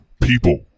people